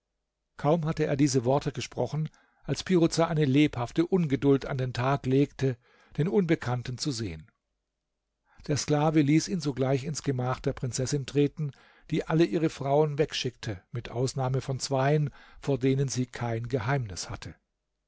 kaum hatte er diese worte gesprochen als piruza eine lebhafte ungeduld an den tag legte den unbekannten zu sehen der sklave ließ ihn sogleich ins gemach der prinzessin treten die alle ihre frauen wegschickte mit ausnahme von zweien vor denen sie kein geheimnis hatte